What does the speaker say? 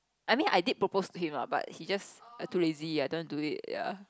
I mean I did propose to him lah but he just I too lazy I don't want to do it ya